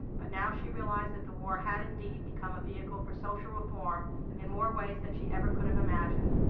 but now she realized that the war had indeed become a vehicle for social reform in more ways than she ever could have imagined.